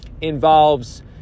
involves